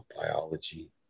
biology